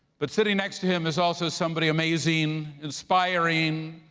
but sitting next to him is also somebody amazing, inspiring,